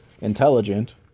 intelligent